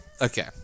okay